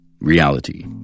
Reality